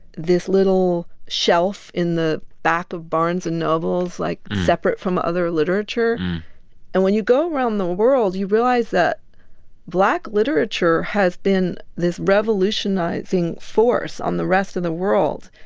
this little shelf in the back of barnes and nobles, like, separate from other literature and when you go around the world, you realize that black literature has been this revolutionizing force on the rest of the world,